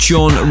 John